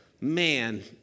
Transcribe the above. man